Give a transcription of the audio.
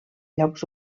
llocs